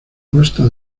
costa